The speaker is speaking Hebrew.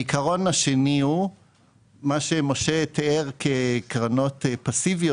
העיקרון השני הוא מה שמשה תיאר כקרנות פסיביות.